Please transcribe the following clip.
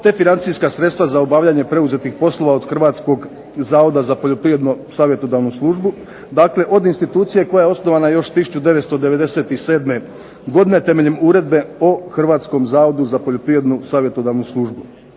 te financijska sredstva za obavljanje preuzetih poslova od Hrvatskog zavoda za poljoprivrednu savjetodavnu službu, dakle od institucije koja je osnovana još 1997. godine temeljem uredbe o Hrvatskom zavodu za poljoprivrednu savjetodavnu službu.